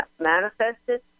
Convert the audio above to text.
manifested